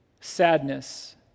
Sadness